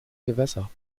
gewässer